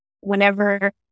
whenever